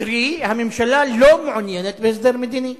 קרי, הממשלה לא מעוניינת בהסדר מדיני.